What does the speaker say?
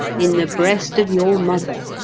in the breast of your mother.